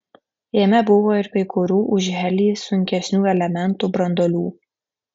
jame buvo ir kai kurių už helį sunkesnių elementų branduolių